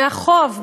והחוב,